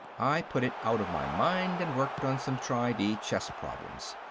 i put it out of my mind and worked on some tri-di chess problems.